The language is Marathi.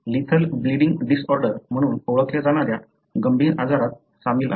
लिथल ब्लीडींग डिसऑर्डर म्हणून ओळखल्या जाणाऱ्या गंभीर आजारात सामील आहे